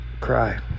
cry